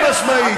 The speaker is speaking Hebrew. חד-משמעית.